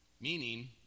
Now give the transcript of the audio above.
Meaning